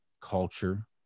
culture